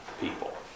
people